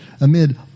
amid